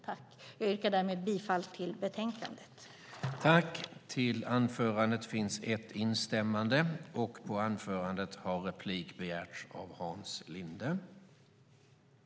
Jag yrkar därmed bifall till förslaget i betänkandet. I detta anförande instämde Peter Rådberg .